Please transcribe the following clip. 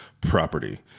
property